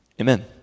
amen